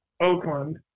Oakland